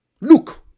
Look